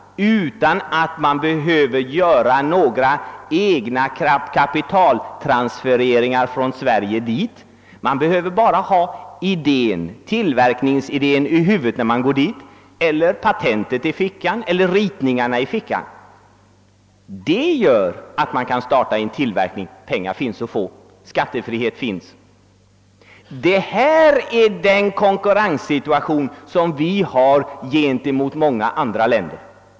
Man behöver inte företa några egna kapitaltransfereringar — det räcker med att man har tillverkningsidén i huvudet eller patentet eller ritningarna i fickan när man beger sig dit. Man kan sedan starta en tillverkning: pengar finns att få, skattefrihet föreligger. Det är den konkurrenssituation vi har i förhållande till många länder.